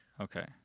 Okay